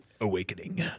Awakening